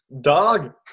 Dog